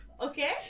Okay